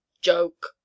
Joke